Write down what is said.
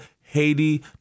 Haiti